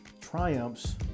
triumphs